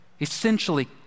Essentially